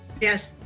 Yes